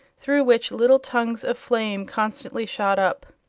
through which little tongues of flame constantly shot up.